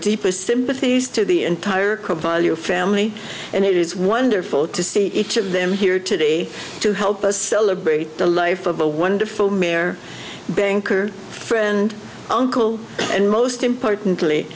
deepest sympathies to the entire cabal your family and it is wonderful to see each of them here today to help us celebrate the life of a wonderful mayor banker friend uncle and most importantly